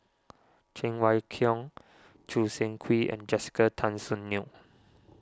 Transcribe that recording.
Cheng Wai Keung Choo Seng Quee and Jessica Tan Soon Neo